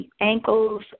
ankles